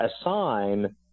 assign